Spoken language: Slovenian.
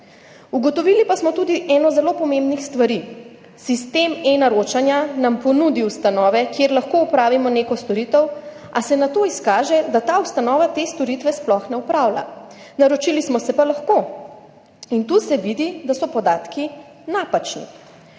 Ugotovili pa smo tudi eno zelo pomembnih stvari. Sistem eNaročanje nam ponudi ustanove, kjer lahko opravimo neko storitev, a se nato izkaže, da ta ustanova te storitve sploh ne opravlja, naročili smo se pa lahko. Tu se vidi, da so podatki napačni.